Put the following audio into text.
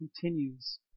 continues